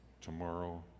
tomorrow